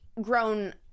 grown